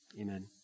Amen